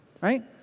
Right